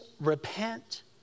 repent